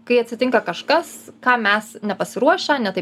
kai atsitinka kažkas kam mes nepasiruošę ne taip